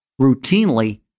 routinely